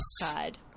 god